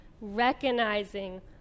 recognizing